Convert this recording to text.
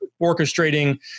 orchestrating